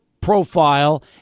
profile